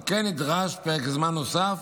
ועל כן נדרש פרק זמן נוסף